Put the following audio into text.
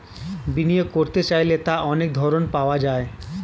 বিনিয়োগ করতে চাইলে তার অনেক ধরন পাওয়া যায়